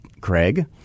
Craig